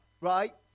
right